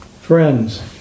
Friends